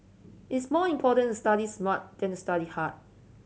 it is more important to study smart than to study hard